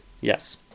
Yes